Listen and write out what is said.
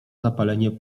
zapalenie